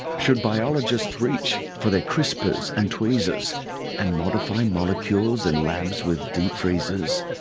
should biologists reach for their crispers and tweezersand and modify molecules in labs with deep freezers?